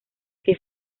que